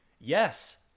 Yes